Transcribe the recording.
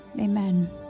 amen